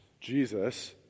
Jesus